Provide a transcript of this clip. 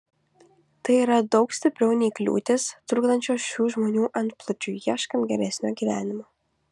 tai yra daug stipriau nei kliūtys trukdančios šių žmonių antplūdžiui ieškant geresnio gyvenimo